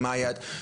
מה היעד?